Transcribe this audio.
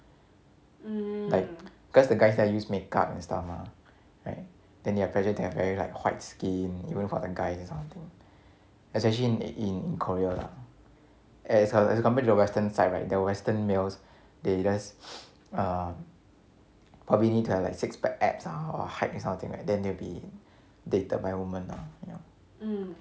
like cause the guys there use makeup and stuff mah right then they are pressured to have very like white skin even for the guys this kind of thing especially in in korea lah as as compared to the western side right the western males they just um probably need to have like six pack abs ah or height kind of thing right like they will be dated by women ah ya